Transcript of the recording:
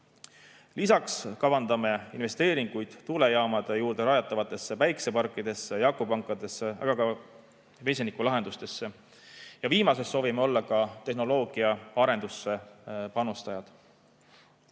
Lisaks kavandame investeeringuid tuulejaamade juurde rajatavatesse päikseparkidesse ja akupankadesse, aga ka vesinikulahendustesse. Viimaste puhul soovime panustada ka tehnoloogia arendamisse.